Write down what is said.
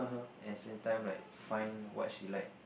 at the same time like find what she like